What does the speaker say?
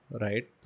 right